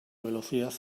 velocidad